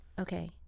Okay